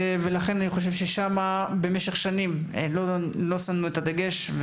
ולכן אני חושב ששם במשך שנים לא שמנו את הדגש,